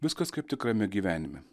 viskas kaip tikrame gyvenime